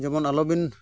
ᱡᱮᱢᱚᱱ ᱟᱞᱚᱵᱤᱱ